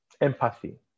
empathy